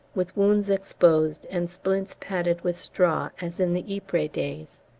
with wounds exposed and splints padded with straw as in the ypres days.